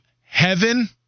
Heaven